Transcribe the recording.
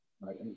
Right